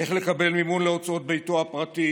איך לקבל מימון להוצאות ביתו הפרטי